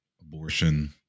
abortion